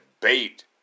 bait